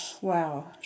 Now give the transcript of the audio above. wow